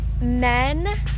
men